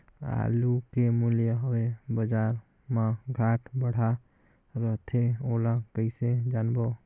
आलू के मूल्य हवे बजार मा घाट बढ़ा रथे ओला कइसे जानबो?